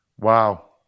Wow